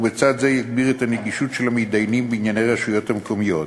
ובצד זאת יגביר את הנגישות של המתדיינים בענייני הרשויות המקומיות.